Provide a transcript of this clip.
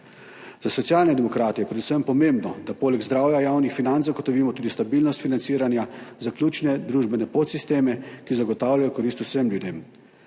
Za Socialne demokrate je predvsem pomembno, da poleg zdravja javnih financ zagotovimo tudi stabilnost financiranja za ključne družbene podsisteme, ki zagotavljajo korist vsem ljudem.